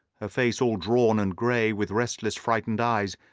her face all drawn and grey, with restless frightened eyes,